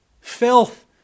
filth